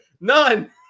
None